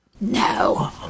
No